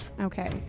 Okay